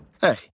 hey